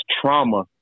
trauma